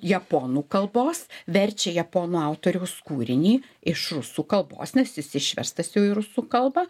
japonų kalbos verčia japonų autoriaus kūrinį iš rusų kalbos nes jis išverstas jau į rusų kalbą